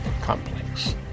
complex